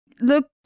look